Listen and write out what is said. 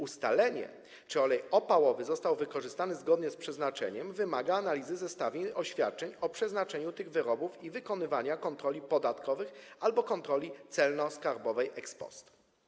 Ustalenie, czy olej opałowy został wykorzystany zgodnie z przeznaczeniem, wymaga analizy zestawień oświadczeń o przeznaczeniu tych wyrobów i wykonywania kontroli podatkowych albo kontroli celno-skarbowej ex post.